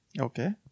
Okay